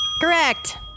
Correct